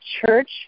church